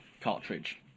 cartridge